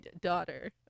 daughter